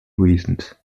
reasons